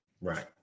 Right